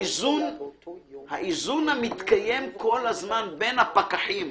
האיזון המתקיים כל הזמן בין הפקחים